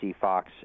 Fox